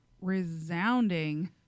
resounding